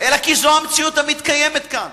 אלא כי זו המציאות המתקיימת כאן,